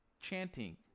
chanting